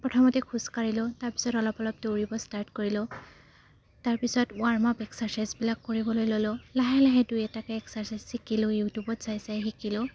প্ৰথমতে খোজ কাঢ়িলোঁ তাৰপিছত অলপ অলপ দৌৰিব ষ্টাৰ্ট কৰিলোঁ তাৰপিছত ৱাৰ্ম আপ এক্সাৰ্চাইজবিলাক কৰিবলৈ ল'লোঁ লাহে লাহে দুই এটাকৈ এক্সাৰ্চাইজ শিকিলোঁ ইউটিউবত চাই চাই শিকিলোঁ